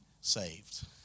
saved